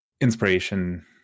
inspiration